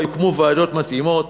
יוקמו ועדות מתאימות.